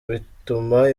bituma